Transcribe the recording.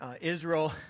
Israel